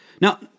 Now